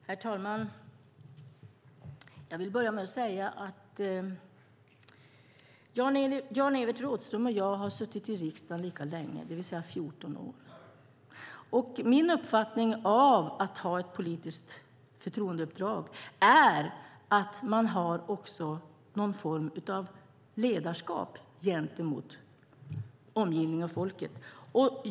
Herr talman! Jag vill börja med att säga att Jan-Evert Rådhström och jag har suttit i riksdagen lika länge, det vill säga i fjorton år. Min uppfattning om ett politiskt förtroendeuppdrag är att man har någon form av ledarskap gentemot omgivningen och folket.